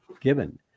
given